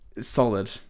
Solid